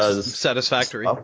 Satisfactory